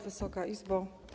Wysoka Izbo!